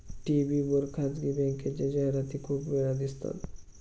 TV वर खासगी बँकेच्या जाहिराती खूप वेळा दिसतात